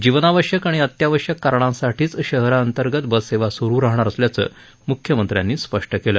जीवनावश्यक आणि अत्यावश्यक कारणांसाठीच शहरांतर्गत बससेवा सुरु राहणार असल्याचं मुख्यमंत्र्यांनी स्पष्ट केलं